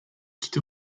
quitte